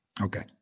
Okay